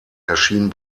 erschien